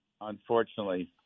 unfortunately